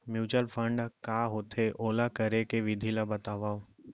mutual fund का होथे, ओला करे के विधि ला बतावव